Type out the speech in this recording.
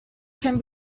can